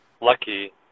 lucky